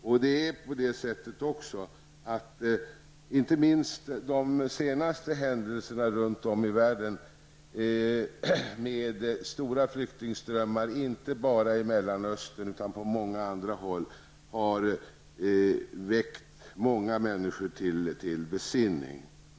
Inte minst de händelser som inträffad den senaste tiden runt om i världen, med stora flyktingströmmar inte bara i Mellanöstern utan på många andra håll, har väckt många människor till besinning.